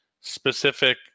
specific